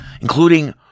including